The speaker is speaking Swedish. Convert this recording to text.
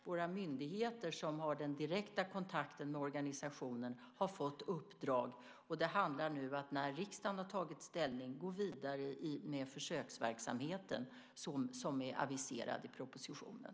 Våra myndigheter som har den direkta kontakten med organisationen har fått uppdrag, och det handlar nu om att när riksdagen har tagit ställning gå vidare med försöksverksamheten som är aviserad i propositionen.